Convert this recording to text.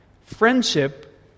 friendship